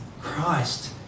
Christ